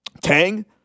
Tang